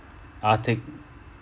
arctic